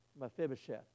Mephibosheth